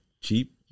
cheap